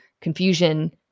confusion